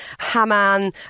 Haman